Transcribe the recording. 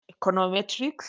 econometrics